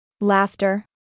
Laughter